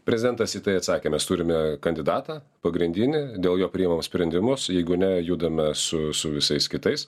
prezidentas į tai atsakė mes turime kandidatą pagrindinį dėl jo priėmam sprendimus jeigu ne judame su su visais kitais